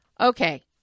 Okay